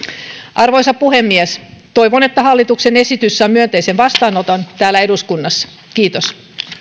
arvoisa puhemies toivon että hallituksen esitys saa myönteisen vastaanoton täällä eduskunnassa kiitos